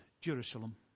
Jerusalem